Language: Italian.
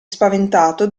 spaventato